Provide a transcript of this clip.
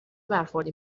برخوردی